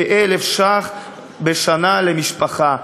כ-1,000 ש"ח בשנה למשפחה.